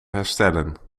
herstellen